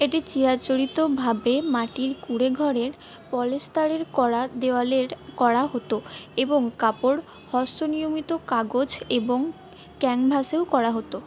এটি চিরাচরিতভাবে মাটির কুঁড়ে ঘরের পলেস্তারের করা দেওয়ালের করা হতো এবং কাপড় হস্ত নির্মিত কাগজ এবং ক্যানভাসেও করা হতো